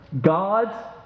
God